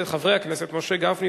אין מתנגדים,